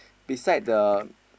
beside the